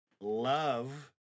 love